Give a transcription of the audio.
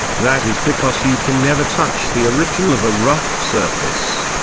that is because you can never touch the original of a rough surface.